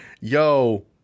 yo